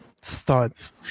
studs